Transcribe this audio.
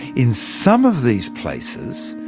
in some of these places,